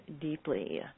deeply